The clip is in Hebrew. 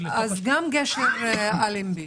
אז גם גשר אלנבי,